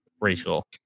Rachel